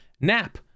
Nap